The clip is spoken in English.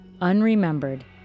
unremembered